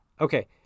Okay